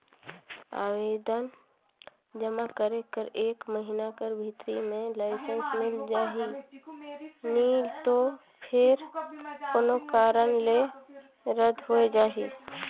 आवेदन जमा करे कर एक महिना कर भीतरी में लाइसेंस मिल जाही नी तो फेर कोनो कारन ले रद होए जाही